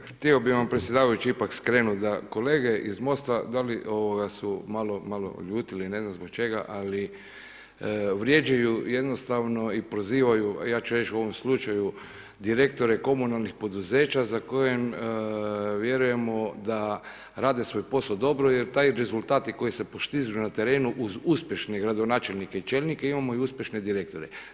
Pa da, htio bih vam predsjedavajući ipak sreknuti da kolege iz MOST-a da li su malo ljuti ili ne znam zbog čega ali vrijeđaju jednostavno i prozivaju ja ću reći u ovom slučaju direktore komunalnih poduzeća za koje vjerujemo da rade svoj posao dobro jer ti rezultati koji se postižu na terenu uz uspješne gradonačelnike i čelnike imamo i uspješne direktore.